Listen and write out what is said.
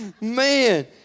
Man